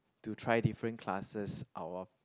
to try different classes out of